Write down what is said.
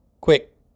Quick